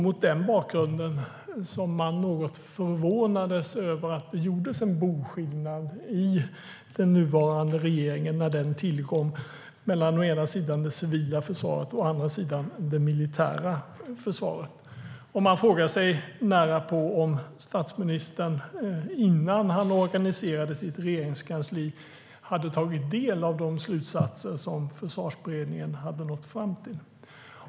Mot den bakgrunden blev man något förvånad över att den nuvarande regeringen när den tillträdde gjorde en boskillnad mellan å ena sidan det civila försvaret och å andra sidan det militära försvaret. Man frågar sig närapå om statsministern, innan han organiserade sitt regeringskansli, hade tagit del av de slutsatser som Försvarsberedningen nådde fram till.